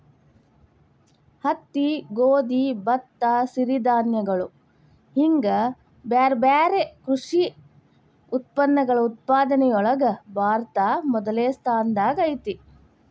ಹತ್ತಿ, ಗೋಧಿ, ಭತ್ತ, ಸಿರಿಧಾನ್ಯಗಳು ಹಿಂಗ್ ಬ್ಯಾರ್ಬ್ಯಾರೇ ಕೃಷಿ ಉತ್ಪನ್ನಗಳ ಉತ್ಪಾದನೆಯೊಳಗ ಭಾರತ ಮೊದಲ್ನೇ ಸ್ಥಾನದಾಗ ಐತಿ